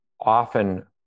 often